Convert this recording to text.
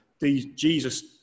Jesus